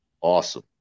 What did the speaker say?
Awesome